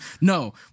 No